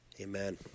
amen